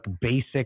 basic